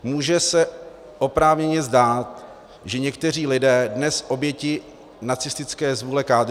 Může se oprávněně zdát, že někteří lidé dnes oběti nacistické zvůle kádrují.